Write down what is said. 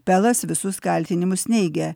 pelas visus kaltinimus neigia